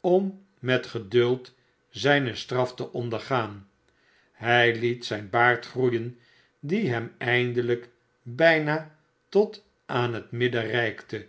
om met geduld zijne straf te ondergaan hij liet zijn baard groeien die hem eindelijk bijna tot aan het midden reikte